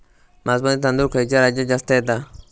बासमती तांदूळ खयच्या राज्यात जास्त येता?